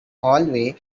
hallway